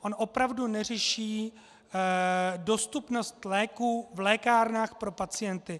On opravdu neřeší dostupnost léků v lékárnách pro pacienty.